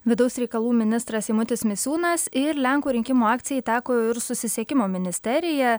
vidaus reikalų ministras eimutis misiūnas ir lenkų rinkimų akcijai teko ir susisiekimo ministerija